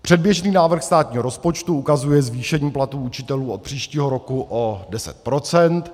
Předběžný návrh státního rozpočtu ukazuje zvýšení platů učitelů od příštího roku o 10 %.